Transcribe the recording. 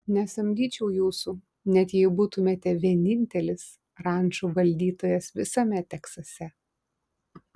nesamdyčiau jūsų net jei būtumėte vienintelis rančų valdytojas visame teksase